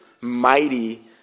mighty